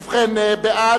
ובכן, בעד,